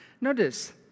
Notice